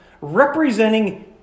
representing